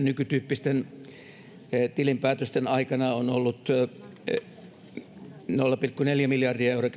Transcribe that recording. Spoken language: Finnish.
nykytyyppisten tilinpäätösten aikana on ollut nolla pilkku neljä miljardia euroa